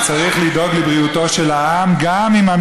אין ברירה,